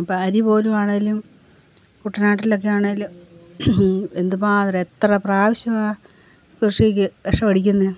ഇപ്പോൾ അരി പോലും ആണെങ്കിലും കുട്ടനാട്ടിലൊക്കെ ആണെങ്കിലും എന്തുമാത്രം എത്ര പ്രാവശ്യമാ കൃഷിക്ക് വിഷം അടിക്കുന്നത്